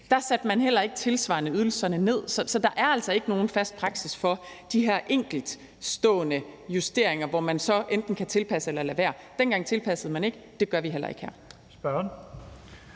der satte man heller ikke tilsvarende ydelserne ned. Så der er altså ikke nogen fast praksis for de her enkeltstående justeringer, hvor man så enten kan tilpasse eller lade være. Dengang tilpassede man ikke, og det gør vi heller ikke her.